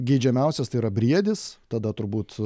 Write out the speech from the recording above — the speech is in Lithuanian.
geidžiamiausias tai yra briedis tada turbūt